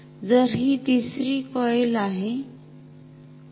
तर हि तीसरी कॉईल आहे